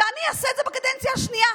ואני אעשה את זה בקדנציה השנייה.